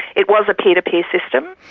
it was a peer to peer system.